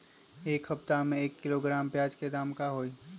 एक सप्ताह में एक किलोग्राम प्याज के दाम का होई?